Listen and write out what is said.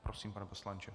Prosím, pane poslanče.